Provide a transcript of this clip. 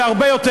זה הרבה יותר,